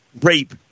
rape